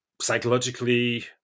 Psychologically